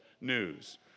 news